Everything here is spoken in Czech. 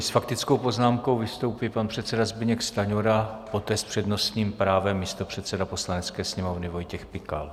S faktickou poznámkou vystoupí pan předseda Zbyněk Stanjura, poté s přednostním právem místopředseda Poslanecké sněmovny Vojtěch Pikal.